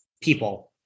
people